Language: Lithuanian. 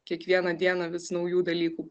kiekvieną dieną vis naujų dalykų